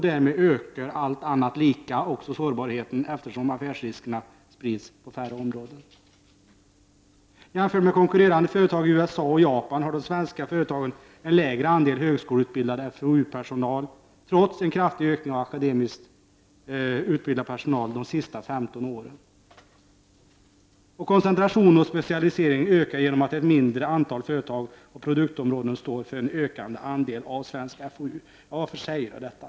Därmed ökar, allt annat lika, också sårbarheten, eftersom affärsriskerna sprids på färre områden. Jämfört med konkurrerande företag i USA och Japan har de svenska företagen en lägre andel högskoleutbildad FoU-personal, trots en kraftig ökning av akademiskt utbildad personal de senaste 15 åren. Koncentrationen och specialiseringen ökar genom att ett mindre antal företag och produktområden står för en ökad andel av svenskt FoU. Varför säger jag detta?